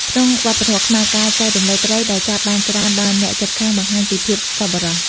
ក្នុងវប្បធម៌ខ្មែរ ការចែករំលែកត្រី ដែលចាប់បានច្រើនដល់អ្នកជិតខាងបង្ហាញពីភាពសប្បុរស។